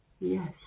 Yes